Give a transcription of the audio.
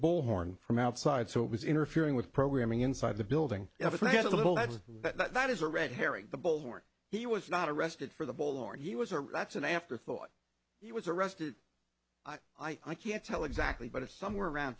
bullhorn from outside so it was interfering with programming inside the building if i had a little that that is a red herring the bulls were he was not arrested for the ball or he was a that's an afterthought he was arrested i can't tell exactly but it's somewhere around